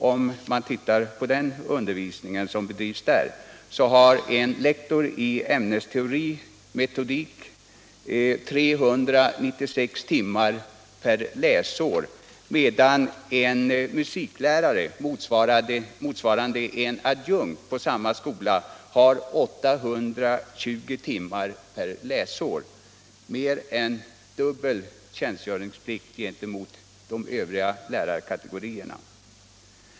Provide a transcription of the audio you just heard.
Om man tittar på den undervisning som bedrivs vid lärarhögskolan, visar det sig att en lektor i ämnesteori och metodik har 396 timmar per läsår, medan en musiklärare motsvarande en adjunkt i samma skola har 820 timmar per läsår, dvs. mer än dubbel tjänstgöringsplikt gentemot de övriga lärarkategorierna.